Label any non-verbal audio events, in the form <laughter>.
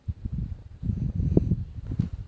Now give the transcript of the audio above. <noise>